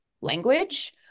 language